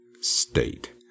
state